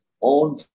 own